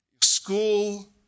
school